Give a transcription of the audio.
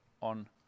on